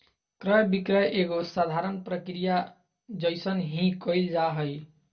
क्रय विक्रय एगो साधारण प्रक्रिया जइसन ही क़इल जा हइ